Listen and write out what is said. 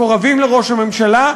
מקורבים לראש הממשלה,